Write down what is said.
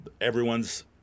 everyone's